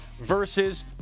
versus